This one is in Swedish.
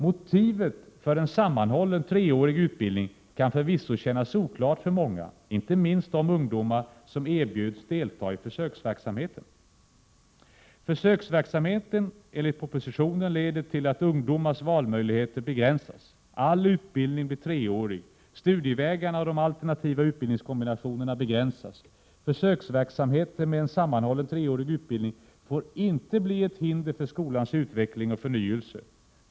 Motivet för en sammanhållen treårig utbildning kan förvisso kännas oklart för många, inte minst de ungdomar som erbjuds delta i försöksverksamheten. Försöksverksamheten enligt propositionen leder till att ungdomarnas valmöjligheter begränas. All utbildning blir treårig, studievägarna och de alternativa utbildningskombinationerna begränsas. Försöksverksamheten med en sammanhållen treårig utbildning får inte bli ett hinder för skolans utveckling och förnyelse.